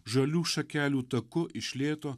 žalių šakelių taku iš lėto